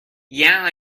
yeah